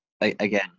Again